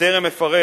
בטרם אפרט